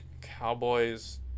cowboys